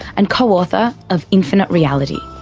and co-author of infinite reality.